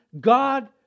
God